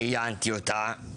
ראיינתי אותה,